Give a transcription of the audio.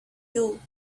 you